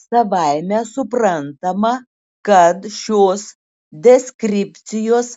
savaime suprantama kad šios deskripcijos